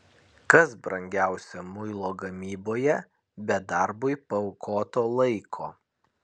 kas brangiausia muilo gamyboje be darbui paaukoto laiko